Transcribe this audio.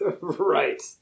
Right